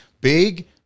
Big